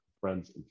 friends